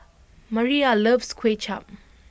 Mariah loves Kuay Chap